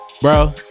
Bro